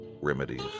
remedies